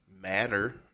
matter